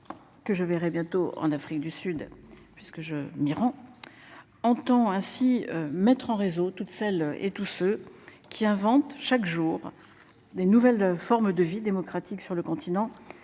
Que je verrai bientôt en Afrique du Sud, puisque je m'y rends. Entend ainsi. Mettre en réseau toutes celles et tous ceux qui inventent, chaque jour des nouvelles formes de vie démocratique sur le continent